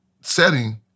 setting